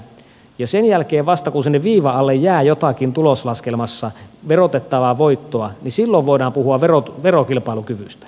ja vasta sen jälkeen kun sinne viivan alle jää jotakin tuloslaskelmassa verotettavaa voittoa voidaan puhua verokilpailukyvystä